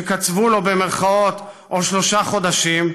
שקצבו לו, או שלושה חודשים?